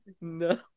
No